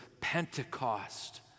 Pentecost